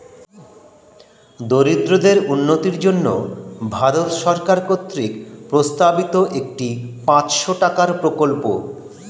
দরিদ্রদের উন্নতির জন্য ভারত সরকার কর্তৃক প্রস্তাবিত একটি পাঁচশো টাকার প্রকল্প